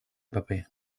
paper